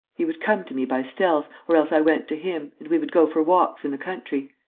he would come to me by stealth, or else i went to him and we would go for walks in the country.